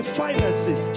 finances